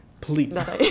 Please